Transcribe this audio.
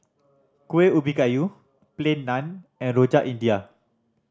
Kuih Ubi Kayu Plain Naan and Rojak India